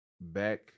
back